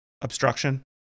Obstruction